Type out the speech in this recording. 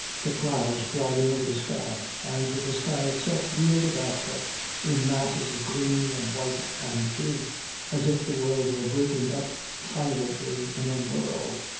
the clouds driving over the sky and the sky itself wheeled about her in masses of green and white and blue as if the world were breaking up silently in a whirl,